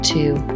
two